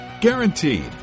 Guaranteed